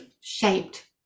shaped